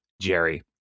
jerry